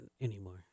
anymore